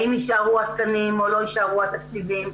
האם יישארו התקנים או לא יישארו התקציבים.